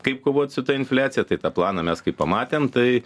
kaip kovot su ta infliacija tai tą planą mes kai pamatėm tai